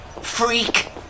Freak